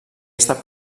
estat